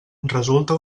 resulta